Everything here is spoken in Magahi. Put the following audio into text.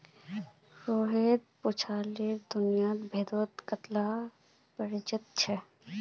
रोहित पूछाले कि दुनियात भेडेर कत्ला प्रजाति छे